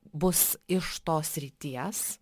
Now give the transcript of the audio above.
bus iš tos srities